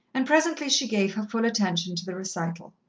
and presently she gave her full attention to the recital.